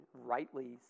rightly